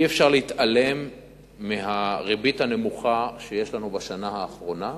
אי-אפשר להתעלם מהריבית הנמוכה שיש לנו בשנה האחרונה,